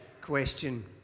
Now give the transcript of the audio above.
question